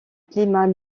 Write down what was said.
climat